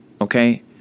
Okay